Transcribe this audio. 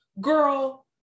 Girl